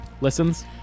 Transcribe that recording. listens